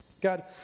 God